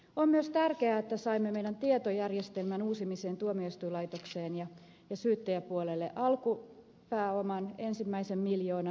on myös tärkeää että saimme meidän tietojärjestelmämme uusimiseen tuomioistuinlaitokseen ja syyttäjäpuolelle alkupääoman ensimmäisen miljoonan